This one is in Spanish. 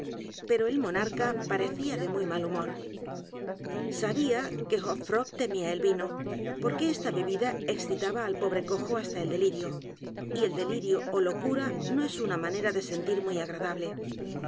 pero el monarca parecía de muy mal humor sabía que h o p f r o g temía el vino porque esta bebida excitaba al pobre cojo hasta el delirio y el delirio ó locura no es una manera de sentir muy agradable